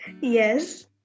Yes